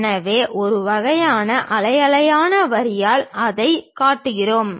எனவே ஒரு வகையான அலை அலையான வரியால் அதைக் காட்டுகிறோம்